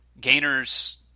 Gainers